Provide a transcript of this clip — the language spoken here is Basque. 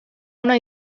ona